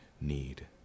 need